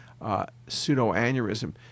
pseudoaneurysm